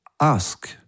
ask